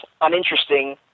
uninteresting